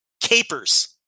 Capers